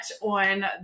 on